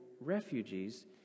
refugees